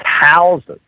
houses